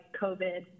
covid